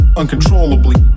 uncontrollably